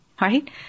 right